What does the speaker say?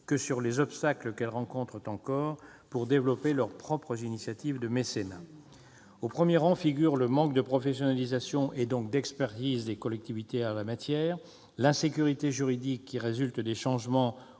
que sur les obstacles qu'elles rencontrent encore pour développer leurs propres initiatives de mécénat. Au premier rang de ces obstacles figurent le manque de professionnalisation, donc d'expertise, des collectivités territoriales en la matière, l'insécurité juridique qui résulte des changements